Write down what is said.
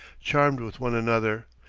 charmed with one another,